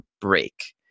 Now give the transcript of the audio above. break